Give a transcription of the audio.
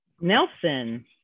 nelson